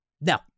No